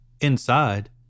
inside